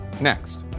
next